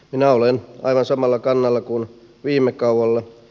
minä olen aivan samalla kannalla kuin viime kaudella